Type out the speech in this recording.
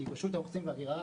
כי רשות האוכלוסין וההגירה